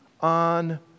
on